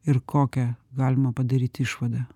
ir kokią galima padaryti išvadą